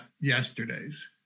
yesterday's